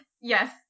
Yes